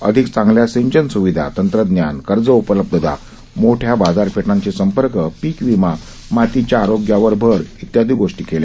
अधिक चांगल्या सिंचन स्विधा तंत्रज्ञान कर्ज उपलब्धता मोठ्या बाजारपेठांशी संपर्क पीकविमा मातीच्या आरोग्यावर भर इत्यादी गोष्टी केल्या